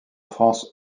france